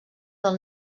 del